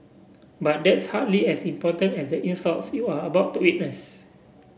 but that's hardly as important as the insults you are about to witness